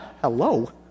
Hello